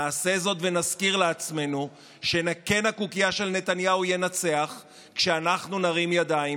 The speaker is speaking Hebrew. נעשה זאת ונזכיר לעצמנו שקן הקוקייה של נתניהו ינצח כשאנחנו נרים ידיים,